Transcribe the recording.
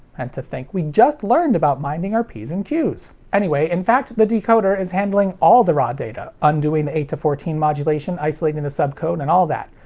and to think, we just learned about minding our p's and q's. anyway, in fact the decoder is handling all the raw data undoing the eight-to-fourteen modulation, isolating the subcode, and all that.